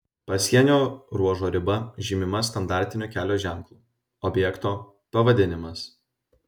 pasienio ruožo riba žymima standartiniu kelio ženklu objekto pavadinimas